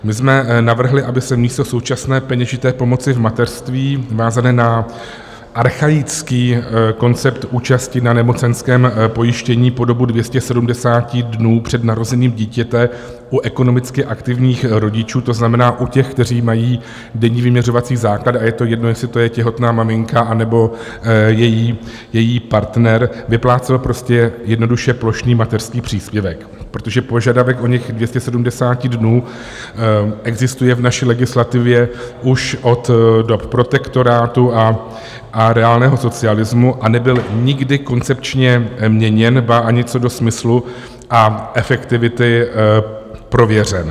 My jsme navrhli, aby se místo současné peněžité pomoci v mateřství vázané na archaický koncept účasti na nemocenském pojištění po dobu 270 dnů před narozením dítěte u ekonomicky aktivních rodičů, to znamená u těch, kteří mají denní vyměřovací základ, a je jedno, jestli to je těhotná maminka, anebo její partner, vyplácel prostě jednoduše plošný mateřský příspěvek, protože požadavek oněch 270 dnů existuje v naší legislativě už od dob protektorátu a reálného socialismu a nebyl nikdy koncepčně měněn, ba ani co do smyslu a efektivity prověřen.